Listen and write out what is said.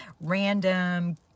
random